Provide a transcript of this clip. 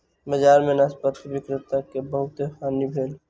बजार में नाशपाती विक्रेता के बहुत हानि भेल